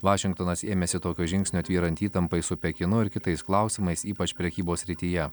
vašingtonas ėmėsi tokio žingsnio tvyrant įtampai su pekinu ir kitais klausimais ypač prekybos srityje